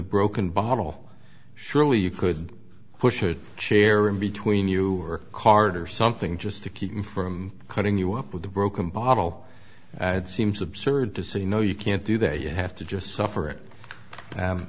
a broken bottle surely you could push a chair in between you or cart or something just to keep him from cutting you up with a broken bottle ad seems absurd to say no you can't do that you have to just suffer it